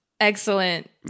Excellent